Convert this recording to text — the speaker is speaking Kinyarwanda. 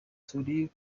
turi